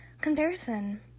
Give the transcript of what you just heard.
comparison